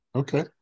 okay